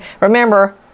Remember